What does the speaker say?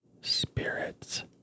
spirits